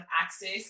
access